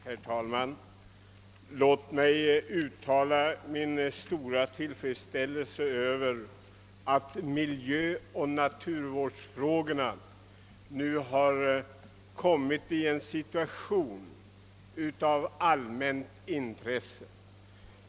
Herr talman! Låt mig uttala min stora tillfredsställelse över att miljöoch naturvårdsfrågorna har kommit att omfattas av ett så stort allmänt intresse.